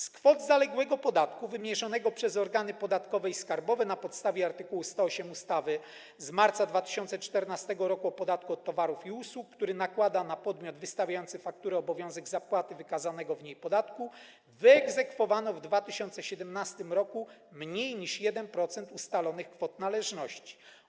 Z kwot zaległego podatku wymierzonego przez organy podatkowe i skarbowe na podstawie art. 108 ustawy z marca 2014 r. o podatku od towarów i usług, który nakłada na podmiot wystawiający fakturę obowiązek zapłaty wykazanego w niej podatku, wyegzekwowano w 2017 r. mniej niż 1% ustalonych kwot należności.